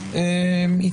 בהמשך.